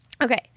Okay